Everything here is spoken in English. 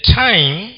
time